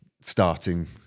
starting